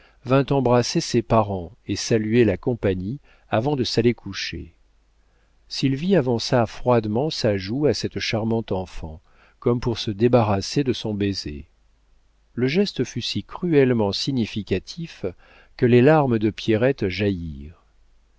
vint embrasser ses parents et saluer la compagnie avant de s'aller coucher sylvie avança froidement sa joue à cette charmante enfant comme pour se débarrasser de son baiser le geste fut si cruellement significatif que les larmes de pierrette jaillirent